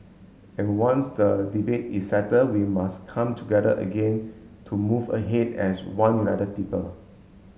and once the debate is settled we must come together again to move ahead as one united people